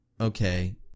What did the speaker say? okay